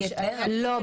לא.